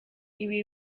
ibi